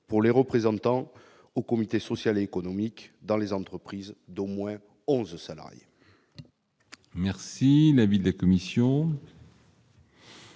pour les représentants au comité social et économique dans les entreprises d'au moins 11 salariés.